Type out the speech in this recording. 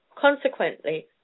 Consequently